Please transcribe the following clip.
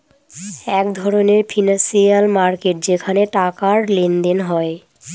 এক ধরনের financial market যেখানে টাকার লেনদেন হয়